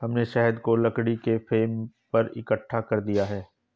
हमने शहद को लकड़ी के फ्रेम पर इकट्ठा कर दिया है